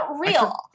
real